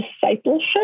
discipleship